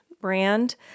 brand